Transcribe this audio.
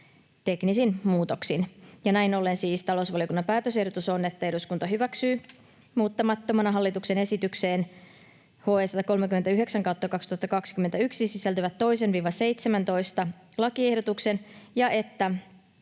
teknisin muutoksin. Näin ollen siis talousvaliokunnan päätösehdotus on, että eduskunta hyväksyy muuttamattomana hallituksen esitykseen HE 139/2021 sisältyvät 2.—17. lakiehdotuksen ja että